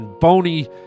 bony